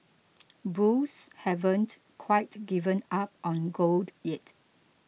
bulls haven't quite given up on gold yet